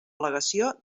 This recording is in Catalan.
al·legació